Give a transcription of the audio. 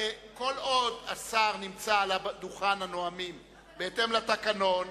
כל עוד השר נמצא על דוכן הנואמים בהתאם לתקנון,